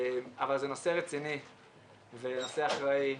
אבל זה נושא רציני ונושא אחראי.